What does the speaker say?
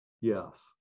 yes